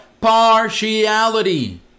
partiality